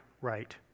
right